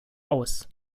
aus